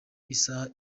isaha